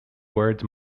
words